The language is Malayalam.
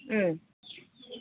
മ്മ്